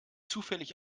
zufällig